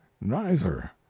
Neither